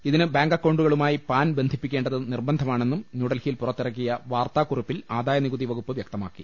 ഇതിന് ബാങ്ക് അക്കൌണ്ടുകളുമായി പാൻ ബന്ധിപ്പിക്കേ ണ്ടത് നിർബന്ധമാണെന്നും ന്യൂഡൽഹിയിൽ പുറത്തിറക്കിയ വാർത്താ കുറിപ്പിൽ ആദായനികുതി വകുപ്പ് വ്യക്തമാക്കി